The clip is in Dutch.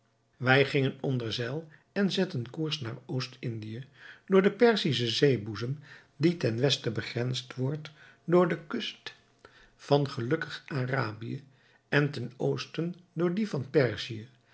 wij gingen onder zeil en zetten koers naar oost-indië door den perzischen zeeboezem die ten westen begrensd wordt door de kust van gelukkig arabië en ten oosten door die van perzië